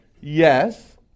Yes